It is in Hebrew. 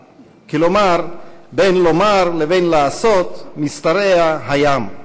כלומר: בין לומר לבין לעשות משתרע הים.